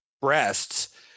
breasts